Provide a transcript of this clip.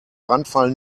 brandfall